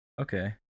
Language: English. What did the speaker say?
Okay